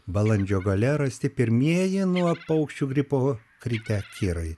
balandžio gale rasti pirmieji nuo paukščių gripo kritę kirai